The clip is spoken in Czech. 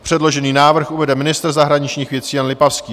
Předložený návrh uvede ministr zahraničních věcí Jan Lipavský.